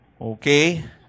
Okay